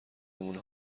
نمونه